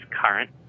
current